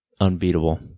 unbeatable